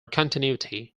continuity